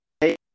hey